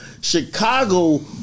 Chicago